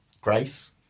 grace